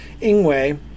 Ingwe